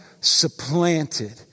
supplanted